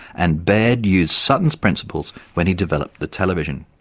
and baird used sutton's principles when he developed the television.